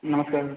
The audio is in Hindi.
नमस्कार